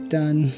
done